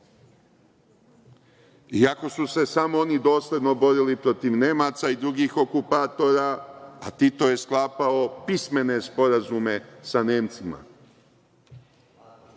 iako su se oni samo dosledno borili protiv Nemaca i drugih okupatora, a Tito je sklapao pismene sporazume sa Nemcima